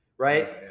Right